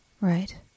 Right